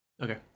Okay